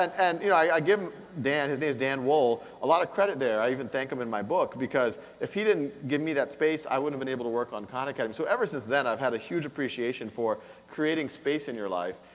and you know i give him, his name's dan wohl, a lot of credit there, i even thank him in my book because if he didn't give me that space, i wouldn't have been able to work on khan academy, so ever since then i've had a huge appreciation for creating space in your life.